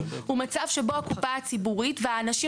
הוא מצב שבו הקופה הציבורית והאנשים